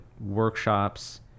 workshops